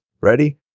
Ready